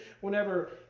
whenever